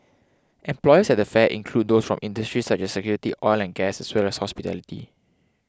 employers at the fair include those from industries such as security oil and gas as well as hospitality